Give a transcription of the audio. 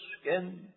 skin